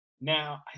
Now